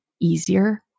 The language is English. easier